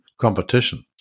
competition